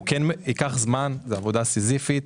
ייקח זמן, זו עבודה סיזיפית,